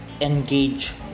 Engage